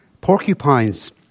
Porcupines